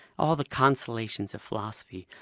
all the consolations of philosophy.